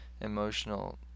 emotional